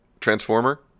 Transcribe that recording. Transformer